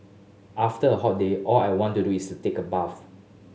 after a hot day all I want to do is take a bath